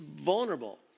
vulnerable